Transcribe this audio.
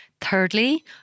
Thirdly